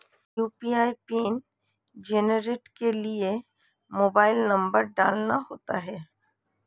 UPI PIN generate के लिए mobile number डालना होता है